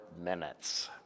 minutes